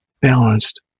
balanced